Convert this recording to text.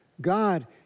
God